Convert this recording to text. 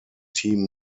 team